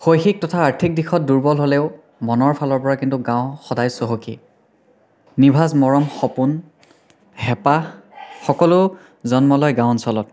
শৈক্ষিক তথা আৰ্থিক দিশত দুৰ্বল হ'লেও মনৰ ফালৰ পৰা কিন্তু গাঁও সদায় চহকী নিভাঁজ মৰম সপোন হেঁপাহ সকলো জন্ম লয় গাঁও অঞ্চলত